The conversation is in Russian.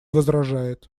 возражает